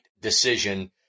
decision